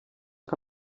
que